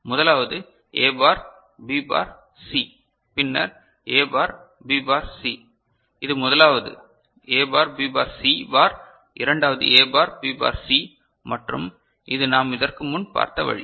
முதலாவது A bar B bar C பின்னர் A bar B bar C இது முதலாவது A bar B bar C bar இரண்டாவது A bar B bar C மற்றும் இது நாம் இதற்கு முன் பார்த்த வழி